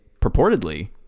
purportedly